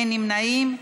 נמנעים.